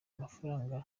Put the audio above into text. mafaranga